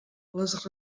les